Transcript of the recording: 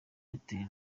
airtel